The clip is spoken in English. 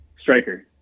Striker